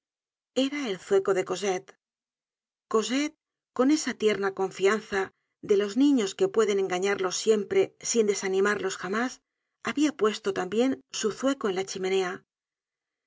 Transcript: era el zueco de cosette cosette con esa tierna confianza de los niños que puede engañarlos siempre sin desanimarlos jamás habia puesto tambien su zueco en la chimenea